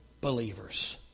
believers